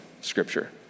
Scripture